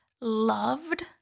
loved